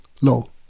low